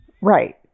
Right